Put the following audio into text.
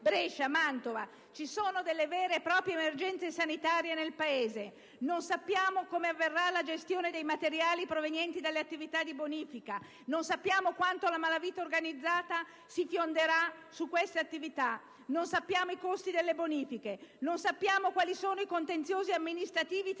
Brescia, Mantova. Ci sono vere e proprie emergenze sanitarie nel Paese. Non sappiamo come avverrà la gestione dei materiali provenienti dalle attività di bonifica. Non sappiamo quanto la malavita organizzata si fionderà su questa attività. Non sappiamo i costi delle bonifiche. Non sappiamo quali siano i contenziosi amministrativi tra gli